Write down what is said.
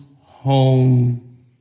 home